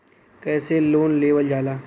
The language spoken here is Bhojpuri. कैसे लोन लेवल जाला?